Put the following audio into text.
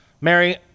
Mary